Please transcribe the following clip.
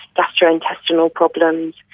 gastrointestinal problems.